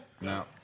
No